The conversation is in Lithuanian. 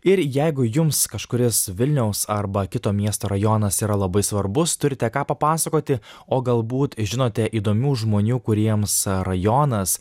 ir jeigu jums kažkuris vilniaus arba kito miesto rajonas yra labai svarbus turite ką papasakoti o galbūt žinote įdomių žmonių kuriems rajonas